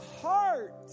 heart